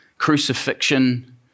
Crucifixion